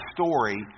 story